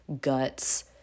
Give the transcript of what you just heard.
guts